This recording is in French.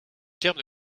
termes